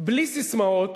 בלי ססמאות